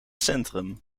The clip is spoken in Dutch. centrum